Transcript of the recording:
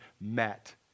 met